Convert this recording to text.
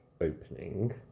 opening